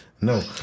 no